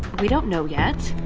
we don't know, yet.